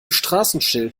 straßenschild